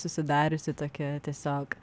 susidariusi tokia tiesiog